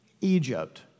Egypt